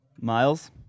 Miles